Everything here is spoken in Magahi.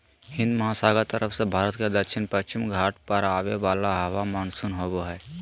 हिन्दमहासागर तरफ से भारत के दक्षिण पश्चिम तट पर आवे वाला हवा मानसून होबा हइ